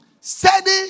Steady